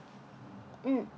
mm